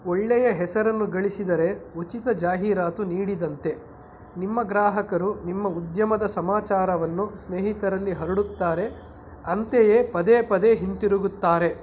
ಒಳ್ಳೆಯ ಹೆಸರನ್ನು ಗಳಿಸಿದರೆ ಉಚಿತ ಜಾಹೀರಾತು ನೀಡಿದಂತೆ ನಿಮ್ಮ ಗ್ರಾಹಕರು ನಿಮ್ಮ ಉದ್ಯಮದ ಸಮಾಚಾರವನ್ನು ಸ್ನೇಹಿತರಲ್ಲಿ ಹರಡುತ್ತಾರೆ ಅಂತೆಯೇ ಪದೇ ಪದೇ ಹಿಂದಿರುಗುತ್ತಾರೆ